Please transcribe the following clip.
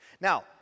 Now